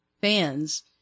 fans